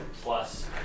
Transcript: plus